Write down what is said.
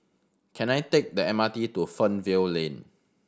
can I take the M R T to Fernvale Lane